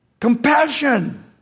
Compassion